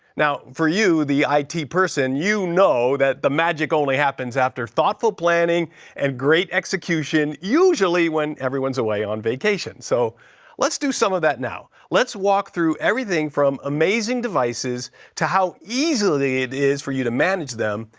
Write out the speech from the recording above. now, for you, the i. t. person, you know that the magic only happens after thoughtful planning and great execution, usually when everyone's away on vacation. so let's do some of that now. let's walk through everything from amazing devices to how easy it is for you to manage them,